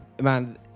man